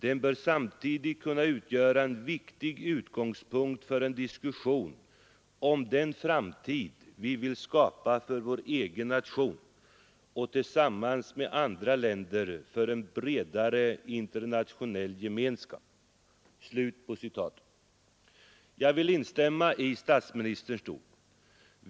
Den bör samtidigt kunna utgöra en viktig utgångspunkt för en diskussion om den framtid vi vill skapa för vår egen nation och, tillsammans med andra länder, för en bredare internationell gemenskap.” Jag vill instämma i statsministerns ord.